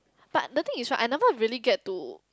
but the thing is right I never really get to